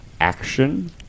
action